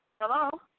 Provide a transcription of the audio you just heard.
hello